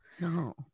No